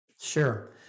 Sure